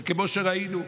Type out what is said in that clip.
וכמו שראינו,